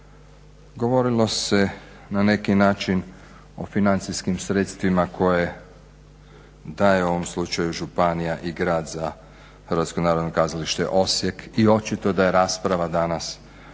Govorilo se na neki način o financijskim sredstvima koje daje u ovom slučaju županija i grad za HNK Osijek i očito da je rasprava danas